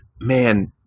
Man